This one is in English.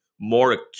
more